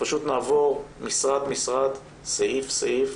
שפשוט נעבור משרד משרד, סעיף סעיף,